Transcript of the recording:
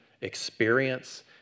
experience